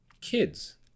kids